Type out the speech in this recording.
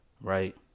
right